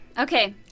Okay